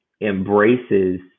embraces